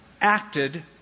acted